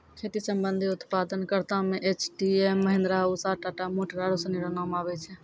खेती संबंधी उप्तादन करता मे एच.एम.टी, महीन्द्रा, उसा, टाटा मोटर आरु सनी रो नाम आबै छै